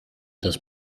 das